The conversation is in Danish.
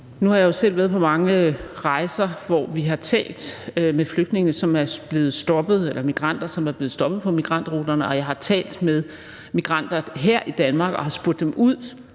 Nu har jeg jo selv været på mange rejser, hvor vi har talt med flygtninge, som er blevet stoppet, eller migranter, som er blevet stoppet på migrantruterne. Og jeg har talt med migranter her i Danmark og spurgt dem ud